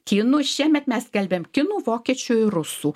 kinų šiemet mes skelbiam kinų vokiečių ir rusų